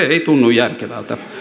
ei tunnu järkevältä